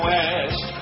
West